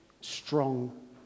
strong